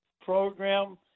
program